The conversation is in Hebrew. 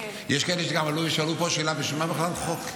יש כאלה שגם עלו ושאלו שאלה: בשביל מה בכלל חוק,